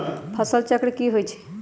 फसल चक्र की होइ छई?